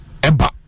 Eba